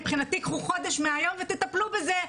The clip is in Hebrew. מבחינתי קחו חודש מהיום ותטפלו בזה,